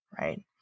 right